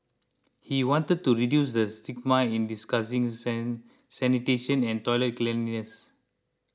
he wanted to reduce the stigma in discussing sin sanitation and toilet cleanliness